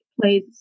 plays